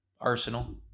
Arsenal